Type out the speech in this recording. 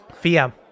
fia